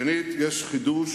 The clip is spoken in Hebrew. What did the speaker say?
שנית, יש חידוש